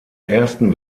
ersten